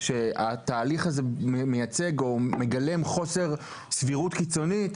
התהליך הזה מייצג או מגלם חוסר סבירות קיצוני,